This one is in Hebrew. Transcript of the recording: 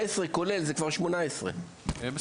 18. אדוני היושב-ראש,